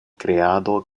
kreado